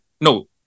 no